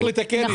צריך לתקן את זה.